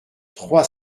trois